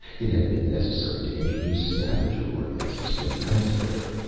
it had been necessary to introduce scavenger organisms from elsewhere.